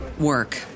work